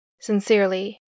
Sincerely